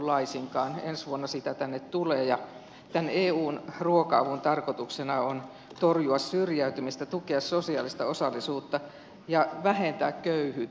ensi vuonna sitä tänne tulee ja tämän eun ruoka avun tarkoituksena on torjua syrjäytymistä tukea sosiaalista osallisuutta ja vähentää köyhyyttä